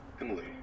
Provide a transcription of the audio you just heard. Emily